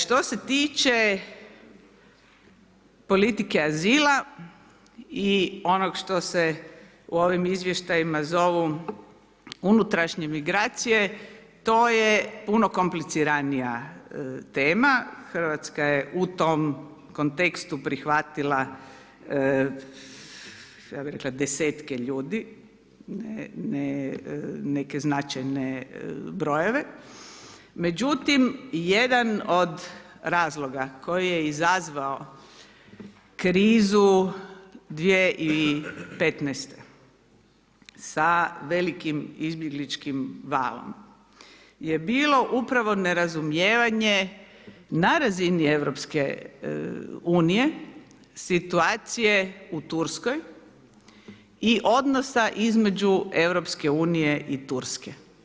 Što se tiče politike azila i onog što se u ovim izvještajima zovu unutrašnje migracije, to je puno kompliciranija tema, Hrvatska je u tom kontekstu prihvatila ja bih rekla 10 ljudi ne neke značajne brojeve, međutim jedan od razloga koji je izazvao krizu 2015. sa velikim izbjegličkim valom je bilo upravo nerazumijevanje na razini Europske unije situacije u Turskoj i odnosa između Europske unije i Turske.